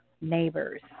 neighbors